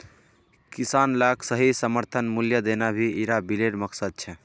किसान लाक सही समर्थन मूल्य देना भी इरा बिलेर मकसद छे